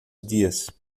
dias